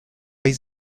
his